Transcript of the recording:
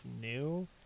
new